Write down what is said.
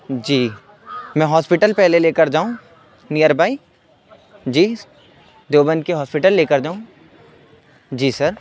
جی میں ہاسپیٹل پہلے لے کر جاؤں نیئر بائی جی دیوبند کے ہاسپیٹل لے کر جاؤں جی سر